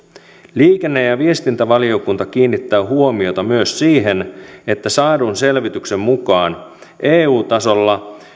liikenne ja viestintävaliokunta kiinnittää huomiota myös siihen että saadun selvityksen mukaan eu tasolla komissio